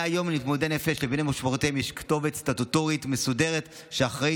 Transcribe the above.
מהיום למתמודדי נפש יש כתובת סטטוטורית מסודרת שאחראית